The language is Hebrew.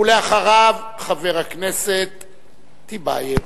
ואחריו, חבר הכנסת טיבייב.